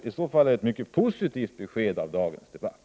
Om det är avsikten, är det ett mycket positivt besked i dagens debatt.